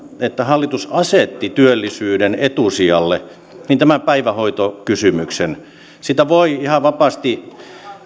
että hallitus asetti työllisyyden etusijalle otan tämän päivähoitokysymyksen voi ihan vapaasti